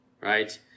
right